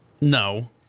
No